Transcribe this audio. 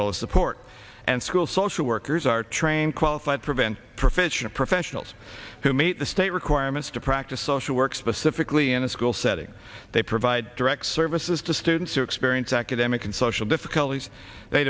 well as support and school social workers are trained qualified prevent professional professionals who meet the state requirements to practice social work specifically in a school setting they provide direct services to students who experience academic and social difficulties they